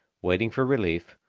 waiting for relief,